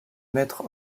maître